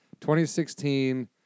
2016